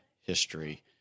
history